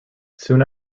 soon